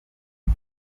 com